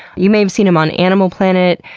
you may have seen him on animal planet,